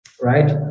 right